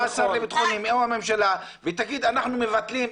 או השר לבטחון פנים או הממשלה ויגידו שהם מבטלים,